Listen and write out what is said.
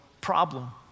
problem